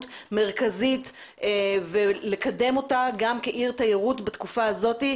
מרכזית ולקדם אותה גם כעיר תיירות בתקופה הזאת,